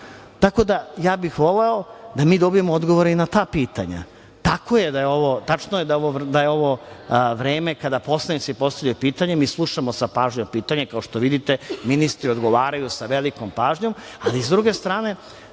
tako. Tako da ja bih voleo da mi dobijemo odgovore i na ta pitanja. Tačno je da je ovo vreme kada poslanici postavljaju pitanja, mi slušamo sa pažnjom pitanja, kao što vidite, ministri odgovaraju sa velikom pažnjom, ali sa druge strane